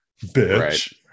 bitch